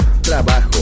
trabajo